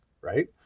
right